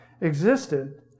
Existed